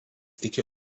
iki